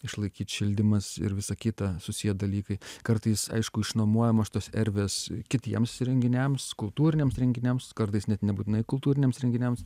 išlaikyt šildymas ir visa kita susiję dalykai kartais aišku išnuomojamos tos erdvės e kitiems įrenginiams kultūriniams renginiams kartais net nebūtinai kultūriniams renginiams